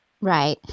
Right